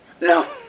No